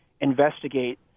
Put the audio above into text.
investigate